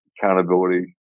accountability